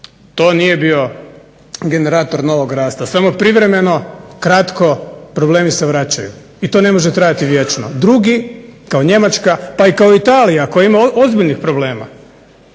To nije bio generator novog rasta, samo privremeno, kratko, problemi se vraćaju i to ne može trajati vječno. Drugi kao Njemačka pa i kao Italija koja ima ozbiljnih problema